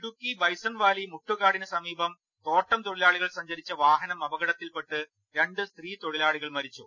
ഇടുക്കി ബൈസൺവാലി മുട്ടുകാടിന് സമീപം തോട്ടം തൊഴിലാളികൾ സഞ്ചരിച്ച വാഹനം അപകടത്തിൽപെട്ട് രണ്ട് സ്ത്രീ തൊഴിലാളികൾ മരിച്ചു